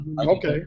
Okay